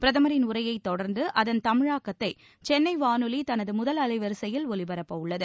பிரதமரின் உரையைத் தொடர்ந்து அதன் தமிழாக்கத்தை சென்னை வானொலி தனது முதல் அலைவரிசையில் ஒலிபரப்ப உள்ளது